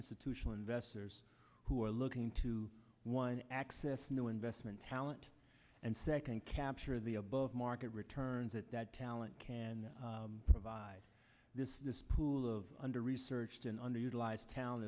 institutional investors who are looking to one access new investment talent and second capture the above market returns at that talent can provide this pool of under researched and underutilized town